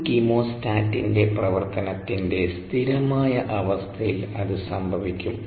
ഒരു കീമോസ്റ്റാറ്റിന്റെ പ്രവർത്തനത്തിന്റെ സ്ഥിരമായ അവസ്ഥയിൽ അത് സംഭവിക്കും